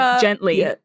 gently